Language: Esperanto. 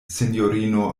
sinjorino